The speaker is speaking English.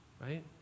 right